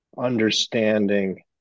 understanding